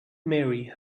marry